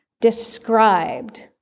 described